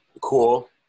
cool